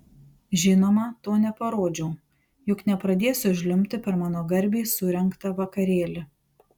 žinoma to neparodžiau juk nepradėsiu žliumbti per mano garbei surengtą vakarėlį